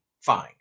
Fine